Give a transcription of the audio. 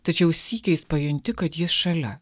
tačiau sykiais pajunti kad jis šalia